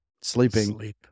sleeping